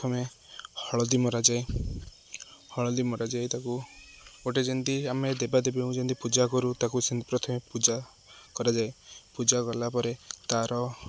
ପ୍ରଥମେ ହଳଦୀ ମରାଯାଏ ହଳଦୀ ମରାଯାଇ ତାକୁ ଗୋଟେ ଯେମିତି ଆମେ ଦେବାଦେବଙ୍କୁ ଯେମିତି ପୂଜା କରୁ ତାକୁ ସେ ପ୍ରଥମେ ପୂଜା କରାଯାଏ ପୂଜା କଲା ପରେ ତା'ର